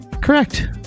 Correct